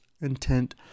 intent